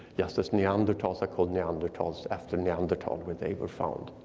just as neanderthals are called neanderthals after neanderthal where they were found.